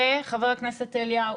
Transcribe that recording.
וחבר הכנסת אליהו